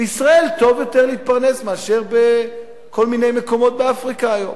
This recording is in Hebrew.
בישראל טוב יותר להתפרנס מאשר בכל מיני מדינות באפריקה היום.